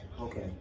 okay